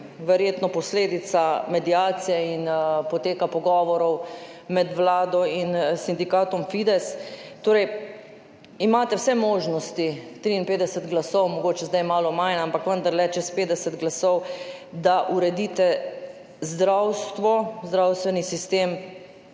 verjetno posledica mediacije in poteka pogovorov med Vlado in sindikatom FIDES. Imate vse možnosti, 53 glasov, mogoče zdaj malo manj, ampak vendarle čez 50 glasov, da uredite zdravstvo, zdravstveni sistem.